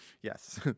Yes